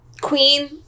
queen